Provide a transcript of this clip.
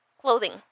clothing